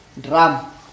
Drum